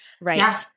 Right